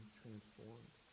transformed